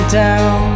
down